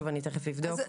תיכף אבדוק.